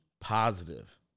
positive